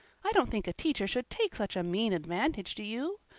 i don't think a teacher should take such a mean advantage, do you?